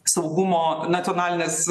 saugumo nacionalinės